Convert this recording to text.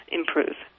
improve